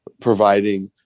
providing